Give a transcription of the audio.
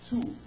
Two